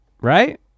right